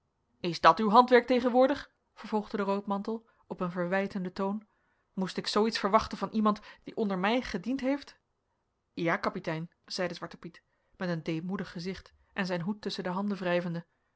is dat uw handwerk tegenwoordig vervolgde de roodmantel op een verwijtenden toon moest ik zoo iets verwachten van iemand die onder mij gediend heeft ja kapitein zeide zwarte piet met een deemoedig gezicht en zijn hoed tusschen de handen